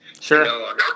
Sure